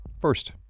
First